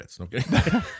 Okay